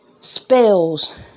spells